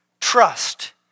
trust